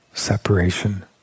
Separation